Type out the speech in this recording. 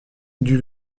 dut